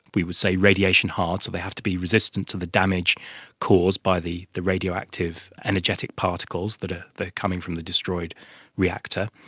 we would say, radiation hard, so they have to be resistant to the damage caused by the the radioactive energetic particles that ah are coming from the destroyed reactor.